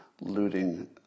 looting